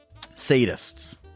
sadists